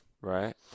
right